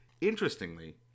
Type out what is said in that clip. Interestingly